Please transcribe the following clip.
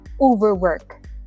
overwork